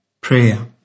Prayer